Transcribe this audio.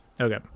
Okay